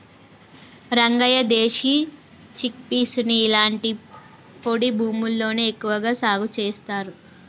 రంగయ్య దేశీ చిక్పీసుని ఇలాంటి పొడి భూముల్లోనే ఎక్కువగా సాగు చేస్తారు